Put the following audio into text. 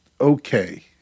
okay